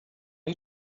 you